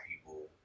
people